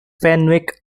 fenwick